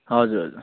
हजुर हजुर